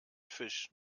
fisch